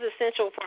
essential